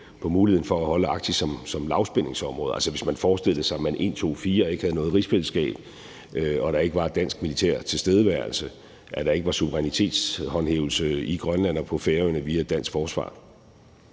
på muligheden for at holde Arktis som lavspændingsområde, hvis man altså forestillede sig, at man en, to, fire ikke havde noget rigsfællesskab og der ikke var dansk militær tilstedeværelse, at der ikke var suverænitetshåndhævelse i Grønland og på Færøerne via et dansk forsvar.